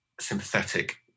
sympathetic